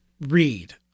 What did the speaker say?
read